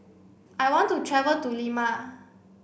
I want to travel to Lima